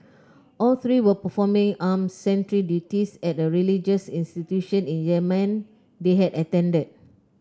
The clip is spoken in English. all three were performing armed sentry duties at the religious institution in Yemen they had attended